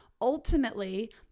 ultimately